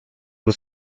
was